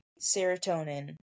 serotonin